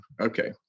Okay